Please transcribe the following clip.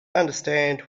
understand